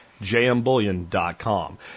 jmbullion.com